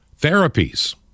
therapies